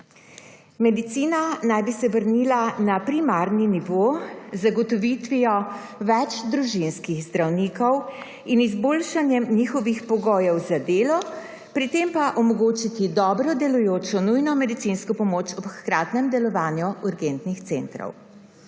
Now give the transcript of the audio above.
Medicina naj bi se vrnila na primarni nivo z zagotovitvijo več družinskih zdravnikov in izboljšanjem njihovih pogojev za delo, pri tem pa omogočiti dobro delujočo nujno medicinsko pomoč ob hkratnem delovanju urgentnih centrov.